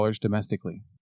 domestically